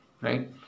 right